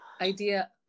idea